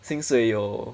薪水有